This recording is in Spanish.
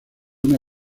una